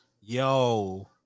Yo